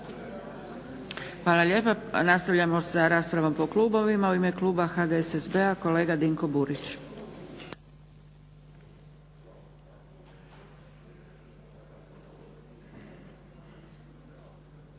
Hvala lijepa. Nastavljamo sa raspravom po klubovima. U ime kluba HDSSB-a kolega Dinko Burić.